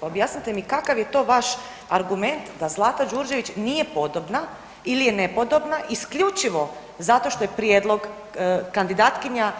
Pa objasnite mi kakav je to vaš argument da Zlata Đurđević nije podobna ili je nepodobna isključivo zato što je prijedlog kandidatkinja